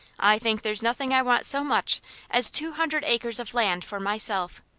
i think there's nothing i want so much as two hundred acres of land for myself.